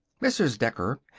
mrs. decker,